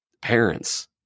parents